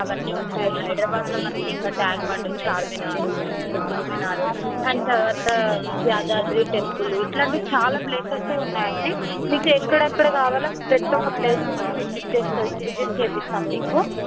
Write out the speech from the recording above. అవన్నీ ఉంటాయి హైదరాబాదులో మనకు ఇంకా ట్యాంక్ బండ్ చార్మినారు కుతుబ్మినార్ అండ్ తరువాత యాదాద్రి టెంపులు ఇట్లాంటివి చాలా ప్లేసెసే ఉన్నాయి అండి మీకు ఎక్కడెక్కడ కావాలో ప్రతి ఒక్క ప్లేసెసు విజిట్ చే విజిట్ చేయిస్తాం మీకు